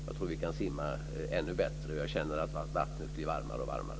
Jag tror att vi kan simma ännu bättre när vi känner att vattnet blir varmare och varmare.